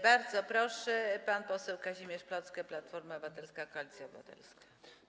Bardzo proszę, pan poseł Kazimierz Plocke, Platforma Obywatelska - Koalicja Obywatelska.